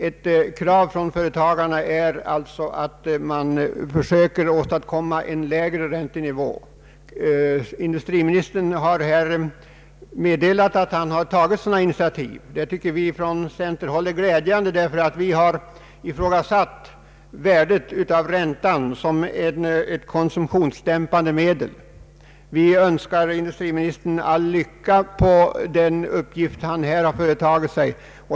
Ett krav från företagarna är alltså att man försöker åstadkomma en lägre räntenivå. Industriministern har här meddelat att han tagit sina initiativ. Vi från centerpartihåll tycker att detta är glädjande, ty vi har ifrågasatt värdet av räntan som ett konsumtionsdämpande medel. Vi önskar industriministern all lycka med den uppgift han här har påtagit sig.